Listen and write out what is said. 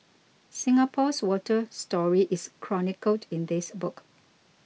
Singapore's water story is chronicled in this book